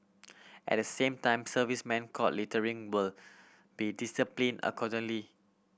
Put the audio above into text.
at the same time servicemen caught littering will be disciplined accordingly